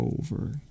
over